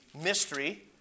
mystery